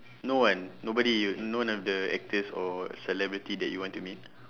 no one nobody none of the actors or celebrity that you want to meet